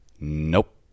Nope